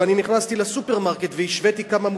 ואני נכנסתי לסופרמרקט והשוויתי כמה מוצרים,